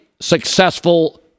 successful